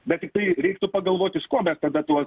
bet tiktai reiktų pagalvot iš ko mes tada tuos